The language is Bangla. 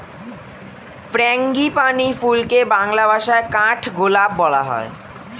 ফ্র্যাঙ্গিপানি ফুলকে বাংলা ভাষায় কাঠগোলাপ বলা হয়